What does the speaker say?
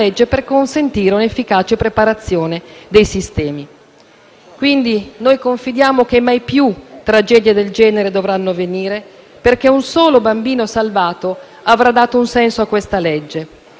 dei sistemi. Confidiamo che mai più tragedie del genere dovranno avvenire, perché un solo bambino salvato avrà dato un senso a questa legge.